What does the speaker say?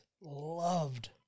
loved